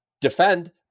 defend